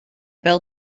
bêl